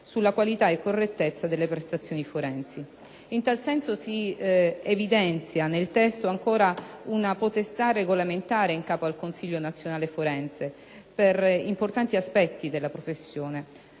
sulla qualità e correttezza delle prestazioni forensi. In tal senso, si evidenzia nel testo ancora una potestà regolamentare in capo al Consiglio nazionale forense per importanti aspetti della professione.